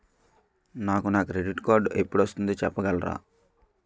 నాకు నా credit card ఎపుడు వస్తుంది చెప్పగలరా?